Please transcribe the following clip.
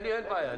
לי אין בעיה.